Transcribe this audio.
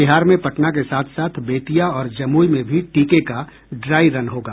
बिहार में पटना के साथ साथ बेतिया और जमूई में भी टीके का ड्राई रन होगा